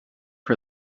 her